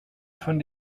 von